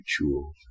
rituals